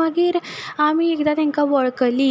मागीर आमी एकदां तेंकां वळखली